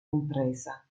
compresa